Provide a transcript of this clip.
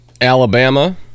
Alabama